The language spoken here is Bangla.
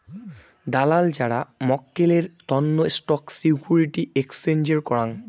দালাল যারা মক্কেলের তন্ন স্টক সিকিউরিটি এক্সচেঞ্জের করাং